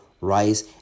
rice